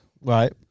Right